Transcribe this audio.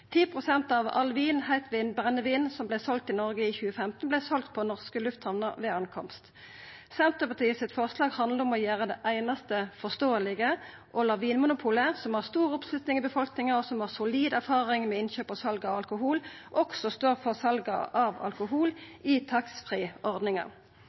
pst. av all vin, heitvin og brennevin som vart seld i Noreg i 2015, vart seld på norske lufthamner ved innkomst. Senterpartiets forslag handlar om å gjera det einaste forståelege, å la Vinmonopolet – som har stor oppslutning i befolkninga, og som har solid erfaring med innkjøp og sal av alkohol – også stå for salet av alkohol